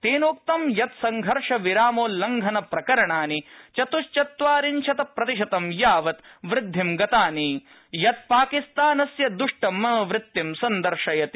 तप्पिक्तं यत् संघर्षविरामोल्लंड्घनप्रकरणानि चतुश्चत्वारित् प्रतिशतं यावत् वृद्धि गतानि यत् पाकिस्तानस्य दृष्टमनोवृति सन्दर्शयति